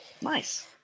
Nice